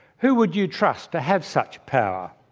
who would you trust to have such power?